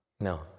No